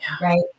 Right